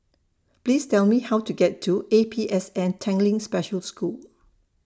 Please Tell Me How to get to A P S N Tanglin Special School